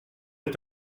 est